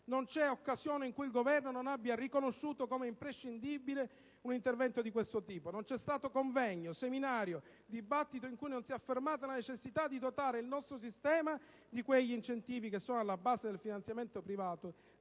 Non c'è occasione in cui il Governo non abbia riconosciuto come imprescindibile un intervento di questo tipo, non c'è stato convegno, seminario, dibattito in cui non si è affermata la necessità di dotare il nostro sistema di quegli incentivi che sono alla base del finanziamento privato